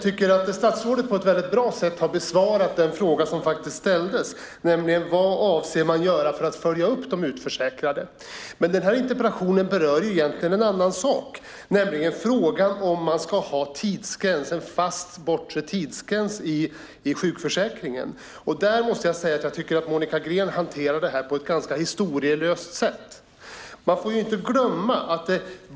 Herr talman! Statsrådet har på ett bra sätt besvarat den fråga som ställdes: Vad avser man att göra för att följa upp de utförsäkrade? Denna interpellation berör dock en annan sak, nämligen frågan om man ska ha en fast bortre tidsgräns i sjukförsäkringen. Jag tycker att Monica Green hanterar detta på ett ganska historielöst sätt.